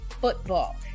football